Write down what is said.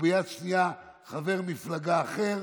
וביד שנייה חבר מפלגה אחר